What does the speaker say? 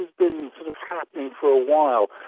been sort of happening for a while.